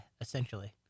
Essentially